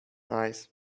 eyes